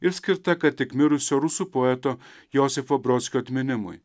ir skirta ką tik mirusio rusų poeto josifo brodskio atminimui